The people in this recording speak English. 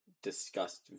discussed